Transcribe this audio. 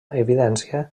evidència